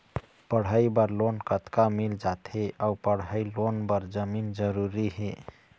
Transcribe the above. पढ़ई बर लोन कतका मिल जाथे अऊ पढ़ई लोन बर जमीन जरूरी हे?